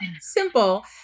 Simple